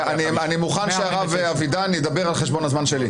149. אני מוכן שהרב אבידן ידבר על חשבון הזמן שלי.